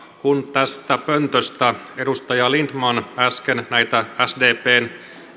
kun tästä pöntöstä edustaja lindtman äsken näitä sdpn